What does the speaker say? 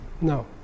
no